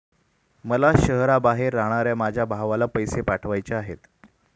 मला शहराबाहेर राहणाऱ्या माझ्या भावाला पैसे पाठवायचे आहेत